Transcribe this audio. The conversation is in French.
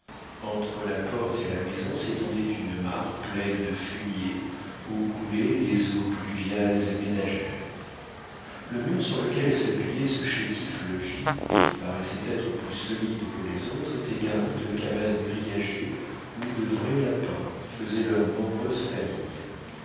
entre la porte et la maison s'étendait une mare pleine de fumier où coulaient les eaux pluviales et ménagères le mur sur lequel s'appuyait ce chétif logis et qui paraissait être plus solide que les autres était garni de cabanes grillagées où de vrais lapins faisaient leurs nombreuses familles